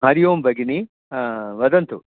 हरिः ओं भगिनि वदन्तु